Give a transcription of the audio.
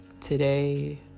today